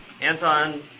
Anton